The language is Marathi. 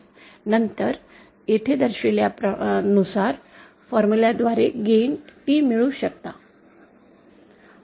नंतर येथे दर्शविल्यानुसार फॉर्म्युलाद्वारे गेन T मिळू शकतात